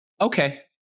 okay